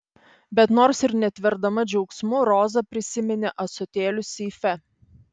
bet nors ir netverdama džiaugsmu roza prisiminė ąsotėlius seife